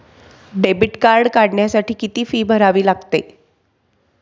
Debit card काढण्यासाठी किती fee भरावी लागते?